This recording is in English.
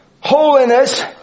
Holiness